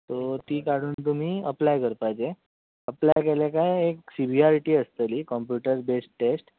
so ती काडून तुमी अप्लाय करपाचें अप्लाय केलें काय एक सी बी आर टी आसतली कोंम्प्युटर बेज्ड टॅस्ट